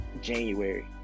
january